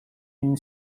bin